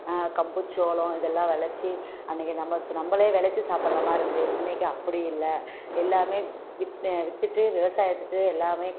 கம்பு சோளம் இதெல்லாம் விளச்சி அன்னிக்கி நம்ம நம்மளே விளச்சி சாப்பிடுற மாதிரி இருந்தது இன்னிக்கி அப்படி இல்லை எல்லாமே விற்றுட்டு விவசாயத்துக்கு எல்லாமே